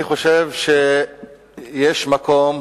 אני חושב שיש מקום